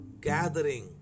gathering